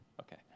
Okay